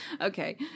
okay